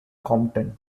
compton